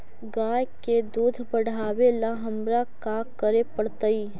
गाय के दुध बढ़ावेला हमरा का करे पड़तई?